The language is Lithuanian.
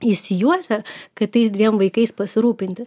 išsijuosę kad tais dviem vaikais pasirūpinti